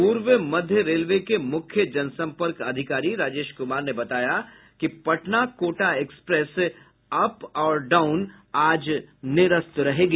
पूर्व मध्यम रेलवे के मुख्य जनसम्पर्क अधिकारी राजेश कुमार ने बताया कि पटना कोटा एक्सप्रेस अप और डाउन आज निरस्त रहेगी